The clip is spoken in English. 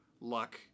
luck